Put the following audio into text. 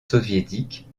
soviétiques